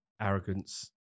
arrogance